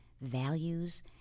values